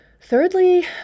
thirdly